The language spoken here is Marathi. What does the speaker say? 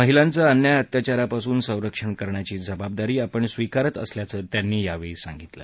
महिलांचं अन्याय अत्याचारापासून संरक्षण करण्याची जबाबदारी आपण स्विकारत असल्याचं त्यांनी यावेळी सांगितलं